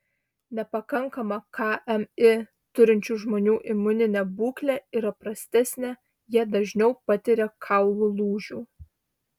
nepakankamą kmi turinčių žmonių imuninė būklė yra prastesnė jie dažniau patiria kaulų lūžių